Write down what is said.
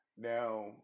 Now